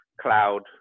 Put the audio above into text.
cloud